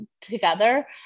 together